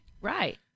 Right